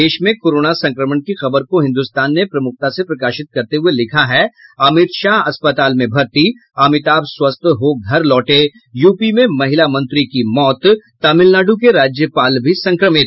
देश में कोरोना संक्रमण की खबर को हिन्दुस्तान ने प्रमुखता से प्रकाशित करते हुये लिखा है अमित शाह अस्पताल में भर्ती अमिताभ स्वस्थ हो घर लौटे यूपी में महिला मंत्री की मौत तमिलनाड़ के राज्यपाल भी संक्रमित